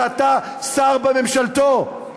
שאתה שר בממשלתו,